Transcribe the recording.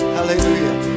Hallelujah